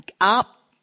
up